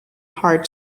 hard